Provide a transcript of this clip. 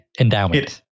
Endowment